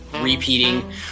repeating